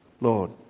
Lord